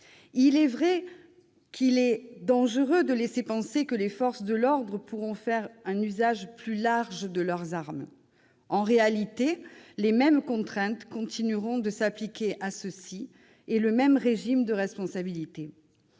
Il est vrai qu'il est « dangereux de laisser penser que les forces de l'ordre pourront faire un usage plus large de leurs armes ». En réalité, les mêmes contraintes et le même régime de responsabilité